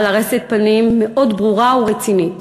בעל ארשת פנים מאוד ברורה ורצינית.